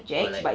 or like